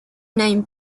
name